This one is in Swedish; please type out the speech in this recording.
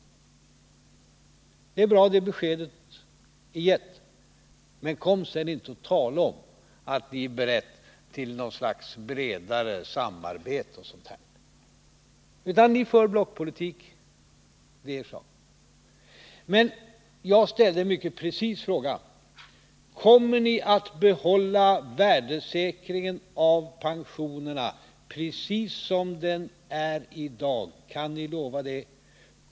Det är bra att det beskedet är givet. Men kom inte sedan och tala om att ni är beredda till något slags bredare samarbete och sådant där, utan ni för blockpolitik. Det är er sak. Jag ställde emellertid några mycket precisa frågor: Kommer ni att behålla värdesäkringen av pensionerna, exakt som den är i dag? Kan ni lova det?